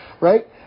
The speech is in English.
right